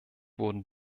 wurden